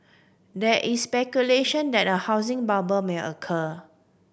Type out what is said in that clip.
there is speculation that a housing bubble may occur